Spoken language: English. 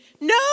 No